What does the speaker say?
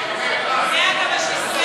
זה, אגב, השיסוי.